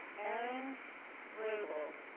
aaron vrabel.